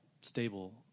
stable